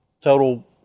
total